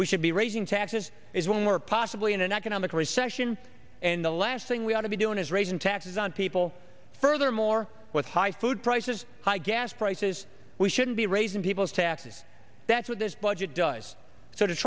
we should be raising taxes is when we're possibly in an economic recession and the last thing we ought to be doing is raising taxes on people furthermore with high food prices high gas prices we shouldn't be raising people's taxes that's what this budget does so